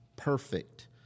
perfect